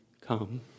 come